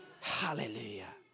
Hallelujah